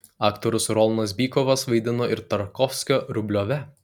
aktorius rolanas bykovas vaidino ir tarkovskio rubliove